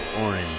Orange